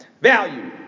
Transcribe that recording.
Value